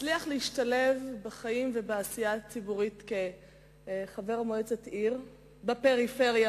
הצליח להשתלב בחיים ובעשייה הציבורית כחבר מועצת עיר בפריפריה,